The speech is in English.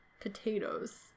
potatoes